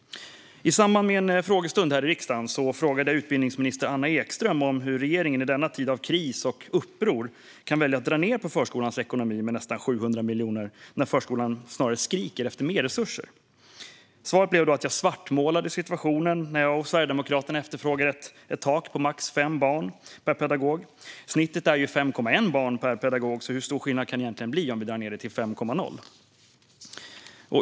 I samband med en frågestund här i riksdagen frågade jag utbildningsminister Anna Ekström om hur regeringen i denna tid av kris och uppror kan välja att dra ned på förskolans ekonomi med nästan 700 miljoner när förskolan skriker efter mer resurser. Svaret blev att jag svartmålade situationen. Jag och Sverigedemokraterna efterfrågar ett tak på max 5 barn per pedagog. Snittet är ju 5,1 barn per pedagog, så hur stor skillnad kan det egentligen bli om vi drar ned det till 5,0?